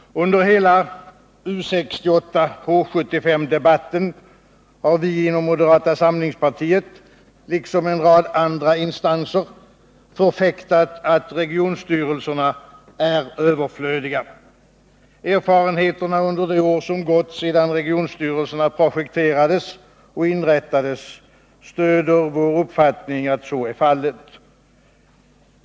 Under hela debatten om U 68 och H 75 har vi inom moderata samlingspartiet liksom en rad andra instanser förfäktat tanken att regionstyrelserna är överflödiga. Erfarenheterna från de år som gått sedan regionstyrelserna projekterades och inrättades stöder vår uppfattning att så är fallet.